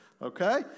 Okay